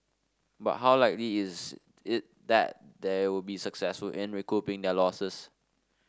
but how likely is it that they would be successful in recouping their losses